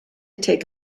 take